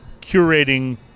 curating